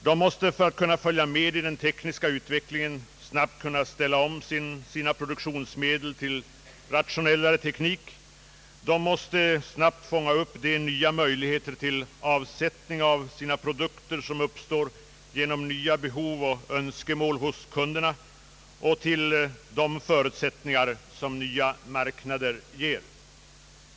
De måste för att kunna följa med i den tekniska utvecklingen snabbt kunna ställa om sina produktionsmedel till rationellare teknik. De måste snabbt fånga upp de nya möjligheter till avsättning av sina produkter som uppstår genom nya behov och önskemål hos kunderna och till de förutsättningar som nya marknader ger.